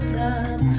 time